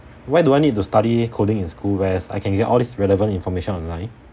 why do I need to study coding in school whereas I can get all this relevant information online